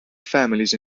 families